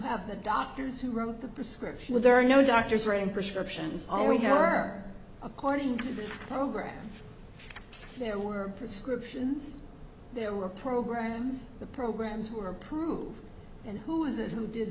have the doctors who wrote the prescription there are no doctors writing prescriptions all we care according to the program there were prescriptions there were programs the programs were approved and who is it who did